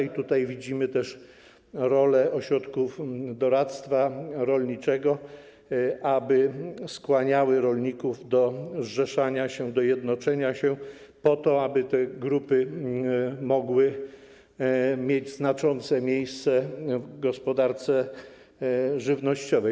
I tutaj widzimy też rolę ośrodków doradztwa rolniczego, aby skłaniały rolników do zrzeszania się, do jednoczenia się, po to aby te grupy mogły mieć znaczące miejsce w gospodarce żywnościowej.